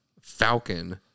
Falcon